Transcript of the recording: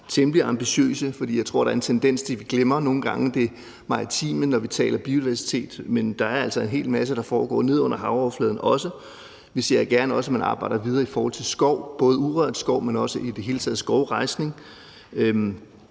temmelig ambitiøse. Jeg tror, der er en tendens til, at vi nogle gange glemmer det maritime, når vi taler biodiversitet, men der er altså også en hel masse, der foregår nede under havoverfladen. Vi ser også gerne, at man arbejder videre, hvad angår skov – både urørt skov, men også i det hele taget skovrejsning.